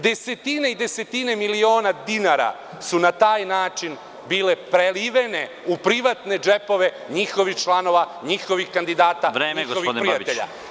Desetine i desetine miliona dinara su na taj način bile prelivene u privatne džepove njihovih članova, njihovih kandidata, njihovih prijatelja.